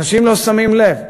אנשים לא שמים לב.